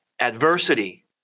Adversity